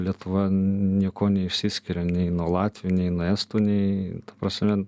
lietuva niekuo neišsiskiria nei nuo latvių nei nuo estų nei ta prasme